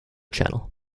channel